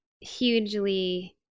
hugely